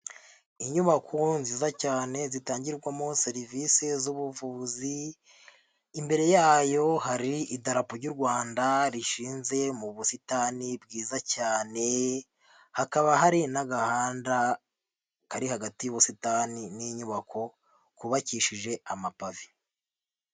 Inyubako nziza cyane zitangirwamo serivisi z'ubuvuzi, imbere yayo hari idarapo ry'u Rwanda rishinze mu busitani bwiza cyane, hakaba hari n'agahanda kari hagati y'ubusitani n'inyubako kubakishije amapave.